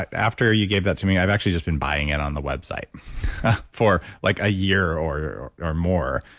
after you gave that to me, i've actually just been buying it on the website for like a year or or more.